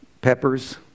peppers